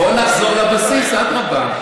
בואו נחזור לבסיס, אדרבה.